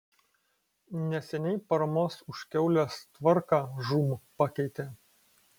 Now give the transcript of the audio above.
neseniai paramos už kiaules tvarką žūm pakeitė